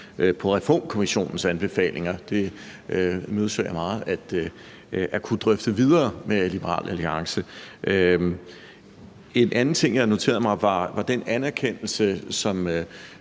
om Reformkommissionens anbefalinger – det imødeser jeg meget at kunne drøfte videre med Liberal Alliance. En anden ting, jeg noterede mig, var den anerkendelse, som